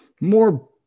More